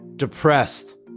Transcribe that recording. Depressed